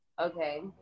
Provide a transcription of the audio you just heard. Okay